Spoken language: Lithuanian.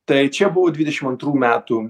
tai čia buvo dvidešim antrų metų